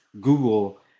Google